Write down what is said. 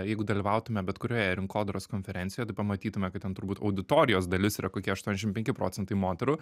jeigu dalyvautume bet kurioje rinkodaros konferencijoje pamatytume kad ten turbūt auditorijos dalis yra kokie aštuoniasdešimt penki procentai moterų